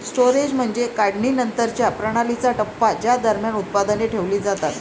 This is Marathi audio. स्टोरेज म्हणजे काढणीनंतरच्या प्रणालीचा टप्पा ज्या दरम्यान उत्पादने ठेवली जातात